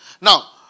Now